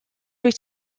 wyt